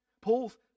Paul's